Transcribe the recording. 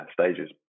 stages